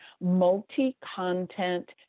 multi-content